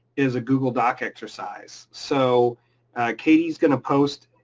is a google doc exercise. so katie is going to post,